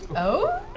oh,